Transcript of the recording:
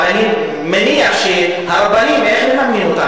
אבל אני מניח שהרבנים, איך ממנים אותם?